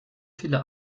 viele